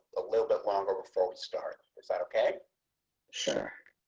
a little bit longer. before we start, is that okay sure.